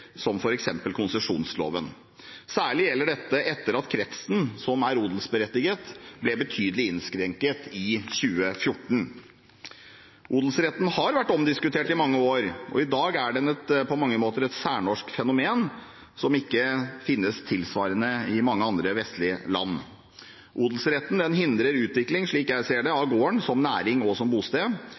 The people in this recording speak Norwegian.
som f.eks. konsesjonsloven. Særlig gjelder dette etter at kretsen som er odelsberettiget, ble betydelig innskrenket i 2014. Odelsretten har vært omdiskutert i mange år, og i dag er den på mange måter et særnorsk fenomen som ikke finnes tilsvarende i andre vestlige land. Odelsretten hindrer, slik jeg ser det, utvikling av gården som næring og bosted.